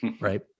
right